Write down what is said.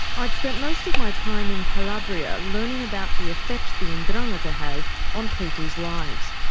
i'd spent most of my time in calabria learning about the effect the ndrangheta have on people's lives.